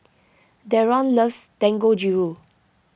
Deron loves Dangojiru